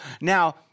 Now